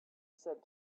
said